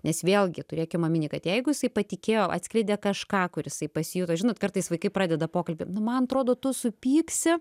nes vėlgi turėkim omeny kad jeigu jisai patikėjo atskleidė kažką kur jisai pasijuto žinot kartais vaikai pradeda pokalbį nu man trodo tu supyksi